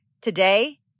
today